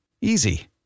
Easy